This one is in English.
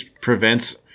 prevents